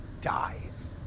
dies